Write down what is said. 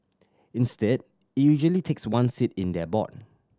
instead it usually takes one seat in their board